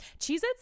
Cheez-Its